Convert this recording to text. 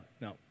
no